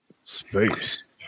Space